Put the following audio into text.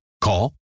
Call